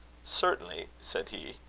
certainly, said he,